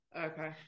Okay